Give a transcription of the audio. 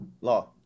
Law